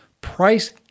price